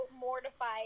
mortified